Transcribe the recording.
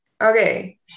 Okay